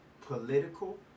political